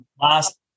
Last